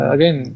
Again